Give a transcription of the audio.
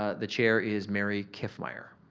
ah the chair is mary kiffmeyer,